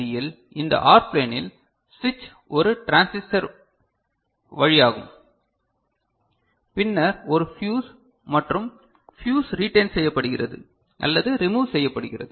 யில் இந்த OR ப்ளேனில் சுவிட்ச் ஒரு டிரான்சிஸ்டர் வழியாகும் பின்னர் ஒரு ஃபியிஸ் மற்றும் ஃபியிஸ் ரீடேய்ன் செய்யப்படுகிறது அல்லது ரிமூவ் செய்யப்படுகிறது